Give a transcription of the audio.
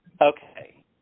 okay